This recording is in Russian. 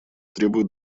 требуют